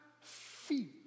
feet